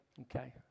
Okay